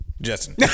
Justin